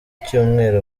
icyumweru